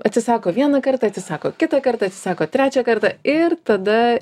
atsisako vieną kartą atsisako kitą kartą atsisako trečią kartą ir tada